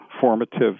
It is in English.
formative